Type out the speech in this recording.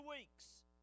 weeks